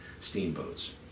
steamboats